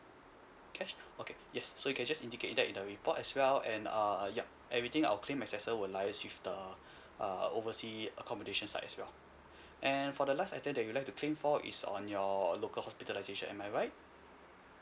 cash okay yes so you can just indicate that in the report as well and uh yup everything our claim assessor will liaise with the uh oversea accommodation side as well and for the last item that you'd like to claim for is on your local hospitalisation am I right